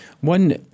One